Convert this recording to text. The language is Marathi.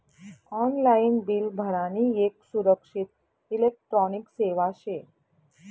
ऑनलाईन बिल भरानी येक सुरक्षित इलेक्ट्रॉनिक सेवा शे